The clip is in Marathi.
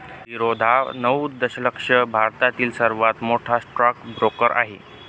झिरोधा नऊ दशलक्ष भारतातील सर्वात मोठा स्टॉक ब्रोकर आहे